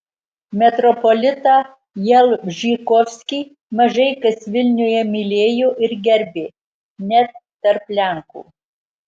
metropolitą jalbžykovskį mažai kas vilniuje mylėjo ir gerbė net tarp lenkų